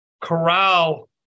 corral